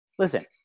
Listen